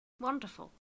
Wonderful